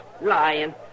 lying